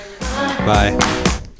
bye